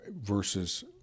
versus